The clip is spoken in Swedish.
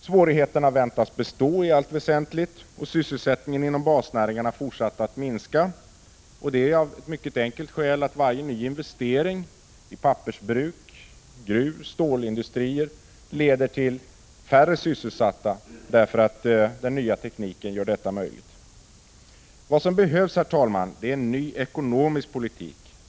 Svårigheterna väntas i allt väsentligt bestå och sysselsättningen inom basnäringarna fortsätta att minska av det mycket enkla skälet att varje ny investering i pappersbruk eller i gruvoch stålindustrier leder till färre sysselsatta därför att den nya tekniken gör detta möjligt. Vad som behövs, herr talman, är en ny ekonomisk politik.